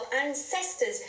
ancestors